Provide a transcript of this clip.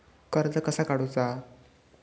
कर्ज कसा काडूचा?